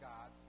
God